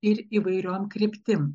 ir įvairiom kryptim